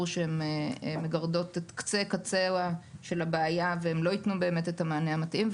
שהן מגדרים את קצה של הבעיה והם לא יתנו באמת את המענה המתאים,